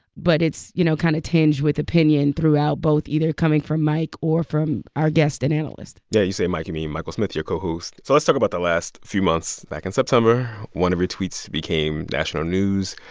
but it's, you know, kind of tinged with opinion throughout, both either coming from mike or from our guest, an analyst yeah, you say mike. you mean michael smith, your co-host. so let's talk about the last few months. back in september, one of your tweets became national news.